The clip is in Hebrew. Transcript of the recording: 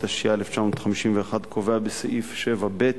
ומנוחה, התש"י 1951, קובע בסעיף 7(ב)